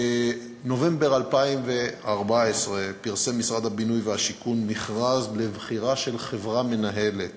בנובמבר 2014 פרסם משרד הבינוי והשיכון מכרז לבחירה של חברה מנהלת